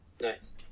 Nice